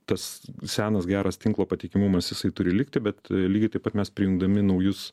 tas senas geras tinklo patikimumas jisai turi likti bet lygiai taip pat mes priimdami naujus